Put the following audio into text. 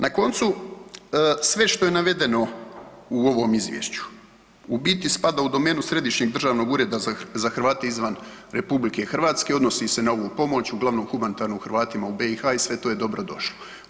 Na koncu, sve što je navedeno u ovom izvješću u biti spada u domenu Središnjeg državnog ureda za Hrvate izvan RH, odnosi se na ovu pomoć, uglavnom humanitarnu Hrvatima u BiH i sve to je dobro došlo.